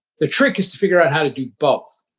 the trick is to figure out how to do both.